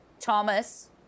Thomas